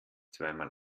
zweimal